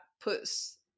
puts